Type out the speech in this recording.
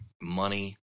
money